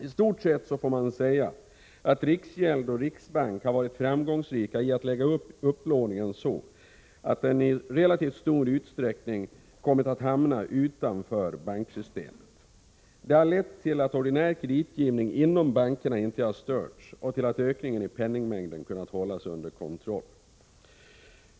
I stort sett får man säga att riksgäld och riksbank varit framgångsrika när det gäller att lägga upp upplåningen så att den i relativt stor utsträckning kommer att hamna utanför banksystemet. Det har lett till att ordinär kreditgivning inom bankerna inte störts och till att ökningen i penningmängden kunnat hållas under kontroll.